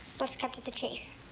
let's cut to the chase.